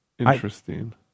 interesting